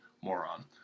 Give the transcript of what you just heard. moron